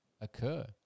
occur